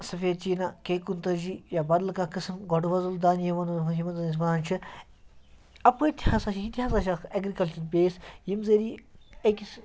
سفید چیٖنہ کے کُنتٲجی یا بدلہٕ کانٛہہ قٕسٕم گۄڈٕ وۄزُل دانہِ یِمَن یِمَن زَن أسۍ وَنان چھِ اَپٲرۍ تہِ ہَسا چھِ یِتہِ حظ اَسہِ اَکھ ایٚگرِکَلچَر بیس ییٚمہِ ذٔریہِ أکِس